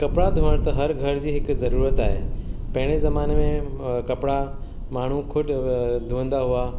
कपिड़ा धोयण त हर घर जी हिकु जरूरत आहे पहिरें ज़माने में अ कपिड़ा माण्हू ख़ुदि धोईंदा हुआ